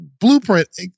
blueprint